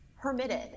permitted